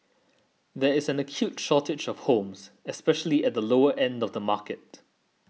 there is an acute shortage of homes especially at the lower end of the market